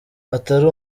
atari